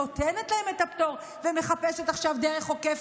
שנותנת להם את הפטור ומחפשת עכשיו דרך עוקף